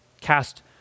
cast